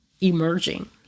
emerging